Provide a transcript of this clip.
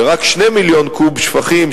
ורק 2 מיליון קוב שפכים,